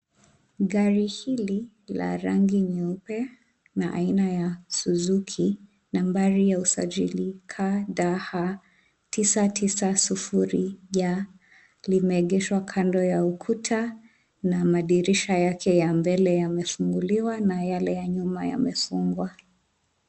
Gari hili la rangi nyeupe na aina ya Suzuki nambari ya usajili KDH 990Y, limeegeshwa kando ya ukuta na madirisha yake ya mbele yamefunguliwa na yale ya nyuma yamefungwa.